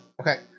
Okay